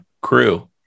crew